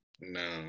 no